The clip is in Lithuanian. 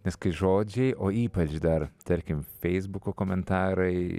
nes kai žodžiai o ypač dar tarkim feisbuko komentarai